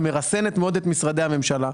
מרסנת מאוד את משרדי הממשלה.